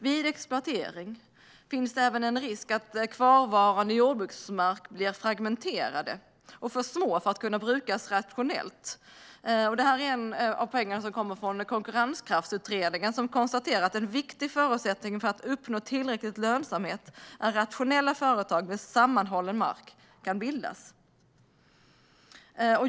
Vid exploatering finns det även en risk för att kvarvarande jordbruksmark blir fragmenterad och uppdelad i för små ytor för att kunna brukas rationellt. Detta har konstaterats av Konkurrenskraftsutredningen, som säger att en viktig förutsättning för att uppnå tillräcklig lönsamhet är att rationella företag med sammanhållen mark kan bildas.